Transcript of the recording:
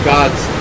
God's